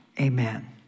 Amen